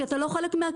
כי הוא לא חלק מהקהילה.